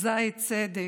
אזיי צדק,